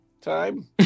time